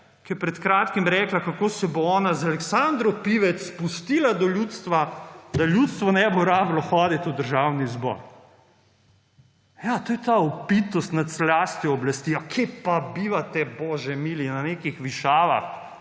ki je pred kratkim rekla, kako se bo ona z Aleksandro Pivec spustila do ljudstva, da ljudstvu ne bo treba hoditi v Državni zbor. Ja, to je ta opitost nad slastjo oblasti. Ja kje pa bivate, bože mili, na nekih višavah?